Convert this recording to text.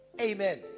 Amen